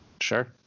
Sure